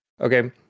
okay